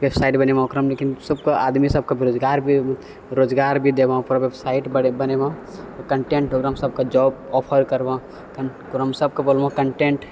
website बनैबऽ ओकरा लेकिन सबके आदमीसबके बेरोजगार भी रोजगार भी देबऽ पूरा वेबसाइट भी बनैबऽ कन्टेन्ट ओकरामे सबके जॉब ऑफर करबऽ ओकरामे सबके बोलबऽ कन्टेन्ट